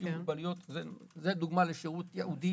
זו דוגמה לשירות ייעודי,